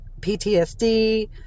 PTSD